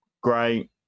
Great